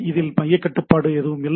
இதில் மைய கட்டுப்பாடு ஏதும் இல்லை